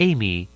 Amy